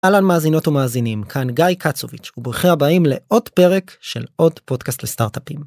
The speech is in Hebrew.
אהלן מאזינות ומאזינים, כאן גיא קצוביץ', ברוכים הבאים לעוד פרק של עוד פודקאסט לסטארט-אפים.